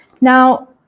Now